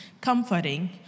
comforting